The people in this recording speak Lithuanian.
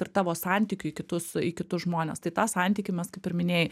ir tavo santykiu į kitus į kitus žmones tai tą santykį mes kaip ir minėjai